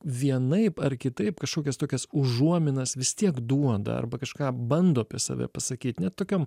vienaip ar kitaip kažkokias tokias užuominas vis tiek duoda arba kažką bando apie save pasakyt net tokiom